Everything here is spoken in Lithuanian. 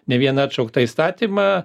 ne vieną atšauktą įstatymą